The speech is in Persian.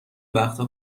وقتا